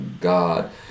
god